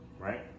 Right